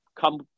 come